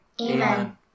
Amen